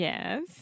Yes